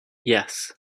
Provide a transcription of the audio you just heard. yes